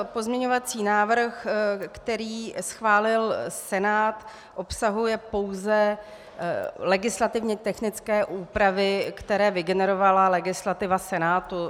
Pozměňovací návrh, který schválil Senát, obsahuje pouze legislativně technické úpravy, které vygenerovala legislativa Senátu.